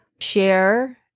share